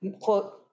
quote